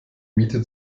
miete